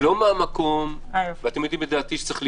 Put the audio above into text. לא מהמקום - ואתם יודעים את דעתי שצריך לפתוח,